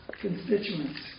constituents